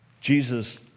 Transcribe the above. Jesus